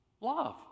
love